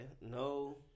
No